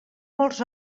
molts